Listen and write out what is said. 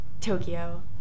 Tokyo